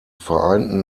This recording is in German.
vereinten